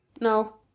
no